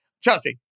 Chelsea